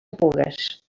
pugues